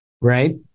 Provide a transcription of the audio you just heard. right